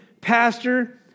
pastor